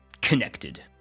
connected